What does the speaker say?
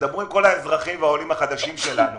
שתדברו עם כל האזרחים והעולים החדשים שלנו